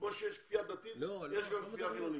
כמו שיש כפייה דתית, יש גם כפייה חילונית.